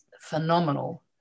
phenomenal